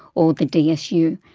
or the dsu,